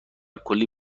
کلی